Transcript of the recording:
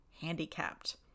handicapped